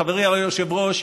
חברי היושב-ראש,